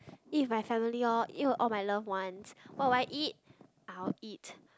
eat with my family orh eat with all my love ones what will I eat I'll eat